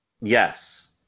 Yes